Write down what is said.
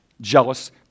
Jealous